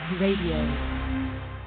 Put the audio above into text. radio